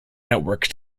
network